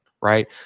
right